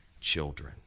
children